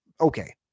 Okay